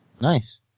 Nice